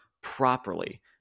properly